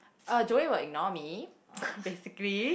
uh Joey will ignore me basically